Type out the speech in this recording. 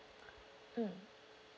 mm